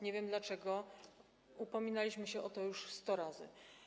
Nie wiem dlaczego, upominaliśmy się o to już 100 razy.